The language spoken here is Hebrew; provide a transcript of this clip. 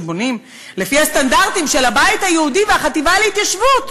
כשבונים לפי הסטנדרטים של הבית היהודי והחטיבה להתיישבות,